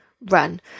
run